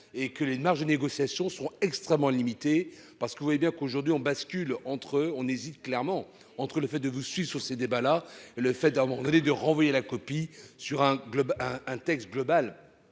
et que les marges de négociation sont extrêmement limitées. Parce que vous avez bien qu'aujourd'hui on bascule entre on hésite clairement entre le fait de vous suit sur ces débats-là, le fait d'avoir donné de renvoyer la copie sur un globe